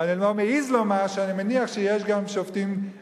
ואני לא מעז לומר שאני מניח שיש גם עורכי-דין